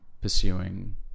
pursuing